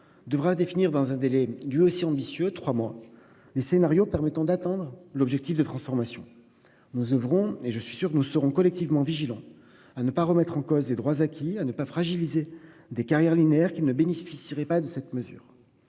devra définir dans un délai, lui aussi ambitieux, de trois mois les scénarios permettant d'atteindre l'objectif de transformation du système. Nous devrons veiller collectivement à ne pas remettre en cause les droits acquis et à ne pas fragiliser des carrières linéaires qui ne bénéficieraient pas de cette mesure.